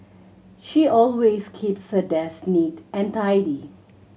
she always keeps her desk neat and tidy